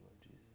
Jesus